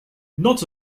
not